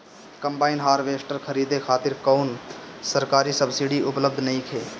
Combine harvester खरीदे खातिर कउनो सरकारी सब्सीडी उपलब्ध नइखे?